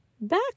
Back